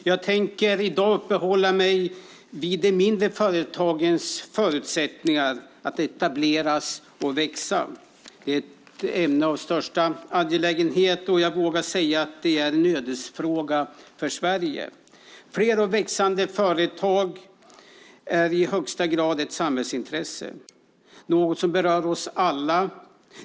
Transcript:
Herr talman! Jag tänker i dag uppehålla mig vid de mindre företagens förutsättningar att etableras och växa. Det är ett ämne av största angelägenhet, och jag vågar säga att det är en ödesfråga för Sverige. Fler och växande företag är i högsta grad ett samhällsintresse, något som berör oss alla.